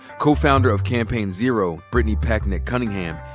co-founder of campaign zero brittany packnett cunningham,